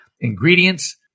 ingredients